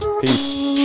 Peace